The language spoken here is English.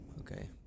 okay